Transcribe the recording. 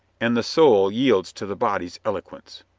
and the soul yields to the body's eloquence,